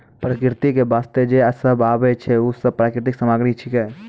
प्रकृति क वास्ते जे सब आबै छै, उ सब प्राकृतिक सामग्री छिकै